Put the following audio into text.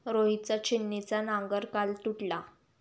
रोहितचा छिन्नीचा नांगर काल तुटला